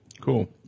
Cool